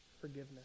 forgiveness